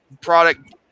product